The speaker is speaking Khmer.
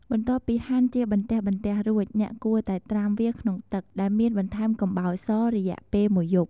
បន្ទាប់ពីហាន់ជាបន្ទះៗរួច អ្នកគួរតែត្រាំវាក្នុងទឹក ដែលមានបន្ថែមកំបោរស រយៈពេលមួយយប់។